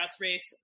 race